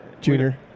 Junior